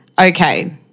okay